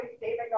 David